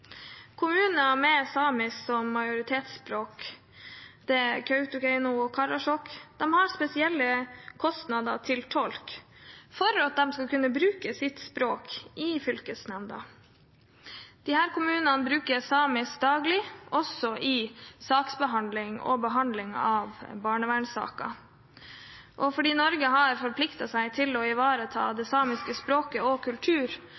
Kommuner med samisk som majoritetsspråk, Kautokeino og Karasjok, har spesielle kostnader til tolk for at de skal kunne bruke sitt språk i fylkesnemnda. Disse kommunene bruker samisk daglig, også i saksbehandling og behandling av barnevernssaker. Fordi Norge har forpliktet seg til å ivareta det samiske språket og